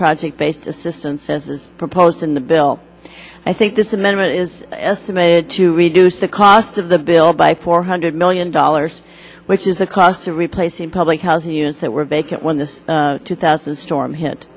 project based assistance as is proposed in the bill i think this amendment is estimated to reduce the cost of the bill by four hundred million dollars which is the cost of replacing public housing units that were vacant when the two thousand storm hit